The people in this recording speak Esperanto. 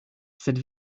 sed